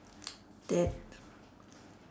that